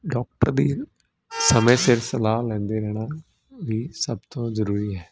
doctor ਦੀ ਸਮੇਂ ਸਿਰ ਸਲਾਹ ਲੈਂਦੇ ਰਹਿਣਾ ਵੀ ਸਭ ਤੋਂ ਜ਼ਰੂਰੀ ਹੈ